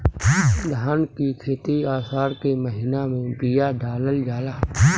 धान की खेती आसार के महीना में बिया डालल जाला?